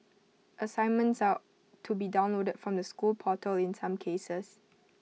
assignments are to be downloaded from the school portal in some cases